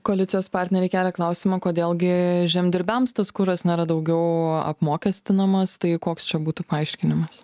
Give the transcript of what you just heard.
koalicijos partneriai kelia klausimą kodėl gi žemdirbiams tas kuras nėra daugiau apmokestinamas tai koks čia būtų paaiškinimas